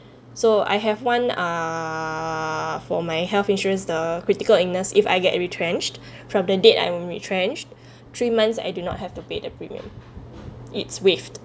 so I have one ah for my health insurance the critical illness if I get retrenched from the date I'm retrenched three months I do not have to pay the premium it's waived